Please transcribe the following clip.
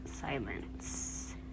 silence